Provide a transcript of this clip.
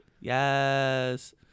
yes